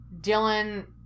Dylan